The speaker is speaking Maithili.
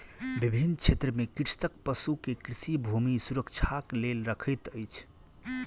विभिन्न क्षेत्र में कृषक पशु के कृषि भूमि सुरक्षाक लेल रखैत अछि